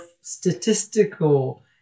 statistical